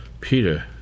Peter